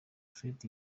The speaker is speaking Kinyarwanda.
fred